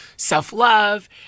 self-love